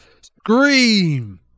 scream